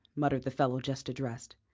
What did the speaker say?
muttered the fellow just addressed.